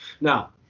Now